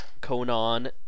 conan